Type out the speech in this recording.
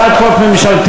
הצעת חוק ממשלתית,